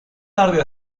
tarde